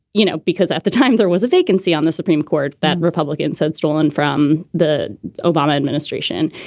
you know, because at the time there was a vacancy on the supreme court that republicans had stolen from the obama administration.